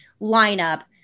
lineup